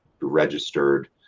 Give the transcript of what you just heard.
registered